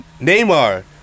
Neymar